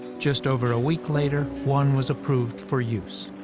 just over a week later, one was approved for use.